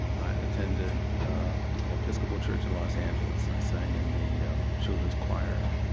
attended an episcopal church in los angeles. i sang in the yeah um children's choir.